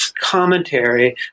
commentary